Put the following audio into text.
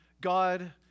God